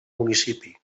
municipi